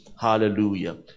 Hallelujah